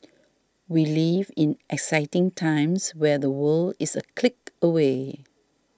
we live in exciting times where the world is a click away